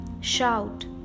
shout